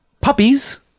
puppies